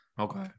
Okay